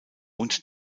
und